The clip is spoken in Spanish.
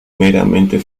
meramente